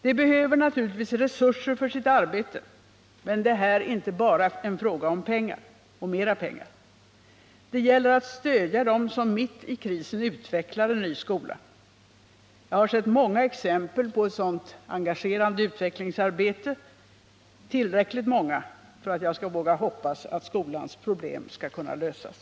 De behöver naturligtvis resurser för sitt arbete, men det här är inte bara fråga om pengar och mera pengar. Det gäller att stödja dem som mitt i krisen utvecklar en ny skola. Jag har sett många exempel på ett sådant engagerande utvecklingsarbete, tillräckligt många för att jag skall våga hoppas att skolans problem skall kunna lösas.